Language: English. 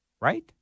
right